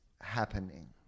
happening